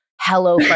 Hello